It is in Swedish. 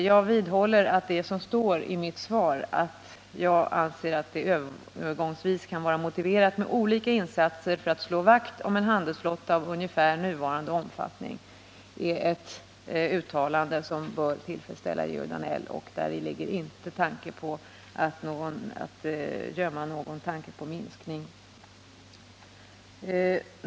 Jag vidhåller, som det står i mitt svar, att det övergångsvis kan vara motiverat med olika insatser för att slå vakt om en handelsflotta av ungefär nuvarande omfattning. Det är ett uttalande som borde tillfredsställa Georg Danell, och däri ligger inte någon avsikt att gömma någon tanke på minskning.